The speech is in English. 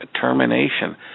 termination